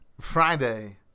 Friday